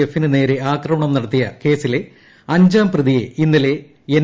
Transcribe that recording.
എഫിന് നേരെ ആക്രമണം നടത്തിയ കേസിലെ അഞ്ചാം പ്രതിയെ ഇന്നലെ എൻ